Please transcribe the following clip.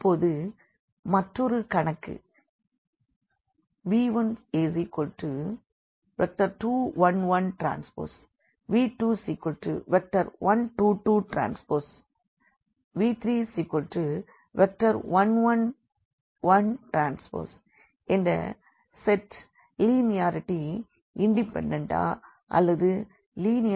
இப்பொழுது மற்றொரு கணக்கு v1211Tv2122Tv3111Tஎன்ற செட் லீனியர்லி இண்டிபெண்டன்ட் ஆ அல்லது லீனியர்லி டிபெண்டன்ட் ஆ என ஆராயலாம்